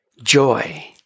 joy